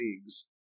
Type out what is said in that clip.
leagues